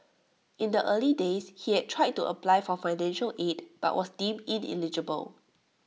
in the early days he had tried to apply for financial aid but was deemed ineligible